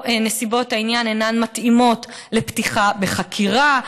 או: נסיבות העניין אינן מתאימות לפתיחה בחקירה,